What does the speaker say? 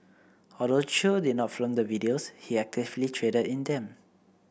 although Chew did not film the videos he actively traded in them